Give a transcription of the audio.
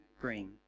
bring